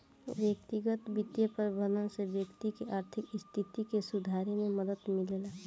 व्यक्तिगत बित्तीय प्रबंधन से व्यक्ति के आर्थिक स्थिति के सुधारे में मदद मिलेला